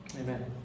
Amen